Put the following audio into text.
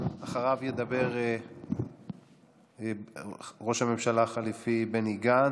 אחריו ידבר ראש הממשלה החליפי בני גנץ,